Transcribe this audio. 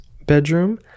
bedroom